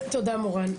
תודה, מורן.